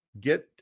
Get